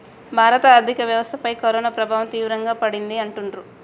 భారత ఆర్థిక వ్యవస్థపై కరోనా ప్రభావం తీవ్రంగా పడింది అంటుండ్రు